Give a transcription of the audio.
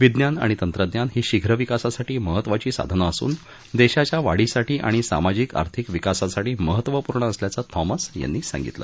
विज्ञान आणि तंत्रज्ञान ही शीघ्र विकासासाठी महत्त्वाची साधनं असून देशाच्या वाढीसाठी आणि सामाजिक आर्थिक विकासासाठी महत्त्वपूर्ण असल्याचं थॉमस यांनी सांगितलं